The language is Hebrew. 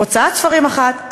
הוצאת ספרים אחת,